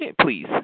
Please